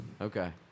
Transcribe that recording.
Okay